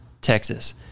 Texas